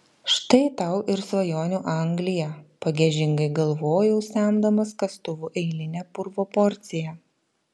štai tau ir svajonių anglija pagiežingai galvojau semdamas kastuvu eilinę purvo porciją